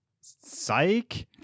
psych